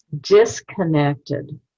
disconnected